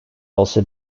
also